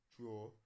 draw